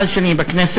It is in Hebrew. מאז שאני בכנסת,